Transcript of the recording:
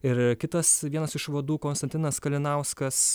ir kitas vienas iš vadų konstantinas kalinauskas